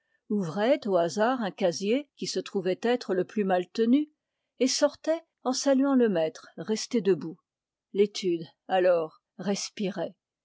ouvrait au hasard un casier qui se trouvait être le plus mal tenu et sortait en saluant le maître resté debout l'étude alors respirait